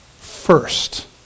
first